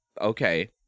Okay